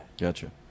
Gotcha